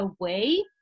away